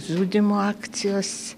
žudymo akcijos